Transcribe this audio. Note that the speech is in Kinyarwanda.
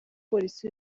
polisi